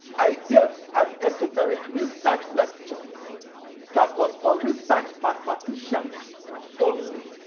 i gave an esoteric research lecture that was for research mathematicians only.